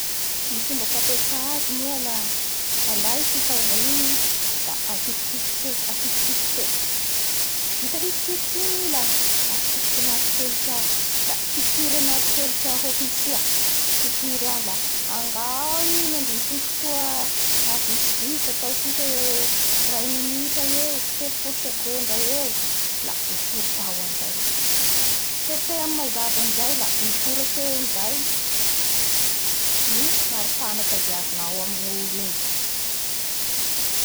Ny fomba fampiasa azy moa la alay fitaova igny la ahifikifiky heky vita hifikifiky igny i la asitriky anaty heliky ao la pitiry anaty heliky ao hokany itia, pitiry ao la anga ao i mandritsy fotoa vitsivitsy da ataontsika eo amin'ny ray minitra eo, telopolo segondra eo, la esory tao amizay a heta amin'ny mazava amizay la misoratsy eo amizay ny maripahana tadiavinao amin'ny olo igny.